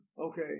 Okay